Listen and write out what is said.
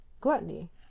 gluttony